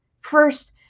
First